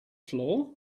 floor